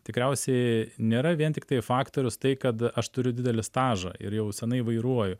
tikriausiai nėra vien tiktai faktorius tai kad aš turiu didelį stažą ir jau seniai vairuoju